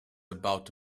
about